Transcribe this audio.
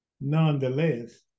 Nonetheless